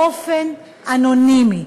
באופן אנונימי.